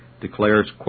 declares